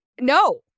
No